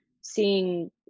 seeing